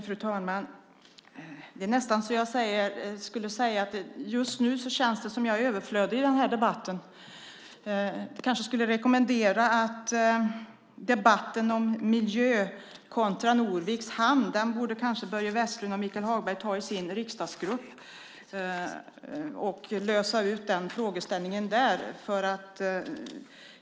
Fru talman! Just nu känns det som att jag är överflödig i debatten. Jag kan rekommendera Börje Vestlund och Michael Hagberg att ta debatten om miljö kontra Norviks hamn i deras riksdagsgrupp. De får lösa frågan där.